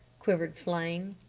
quivered flame.